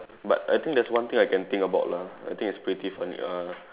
but I think there's one thing I can think about lah I think it's pretty funny uh